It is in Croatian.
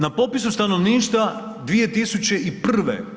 Na popisu stanovništva 2001.